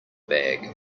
bag